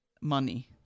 money